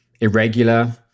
irregular